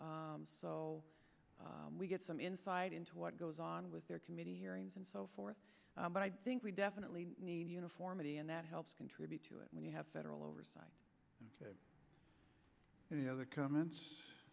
o we get some insight into what goes on with their committee hearings and so forth but i think we definitely need uniformity and that helps contribute to it when you have federal oversight and the other comments